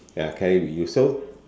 ya carry with you so